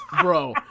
bro